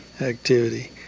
activity